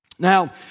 Now